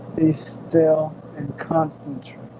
be still and concentrate